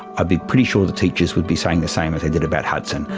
i'd be pretty sure the teachers would be saying the same as they did about hudson,